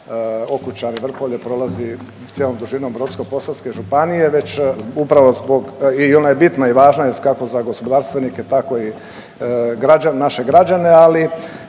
Okučani – Vrpolje prolazi cijelom dužinom Brodsko-posavske županije već upravo zbog, i ona je bitna i važna kako za gospodarstvenike tako i naše građane, ali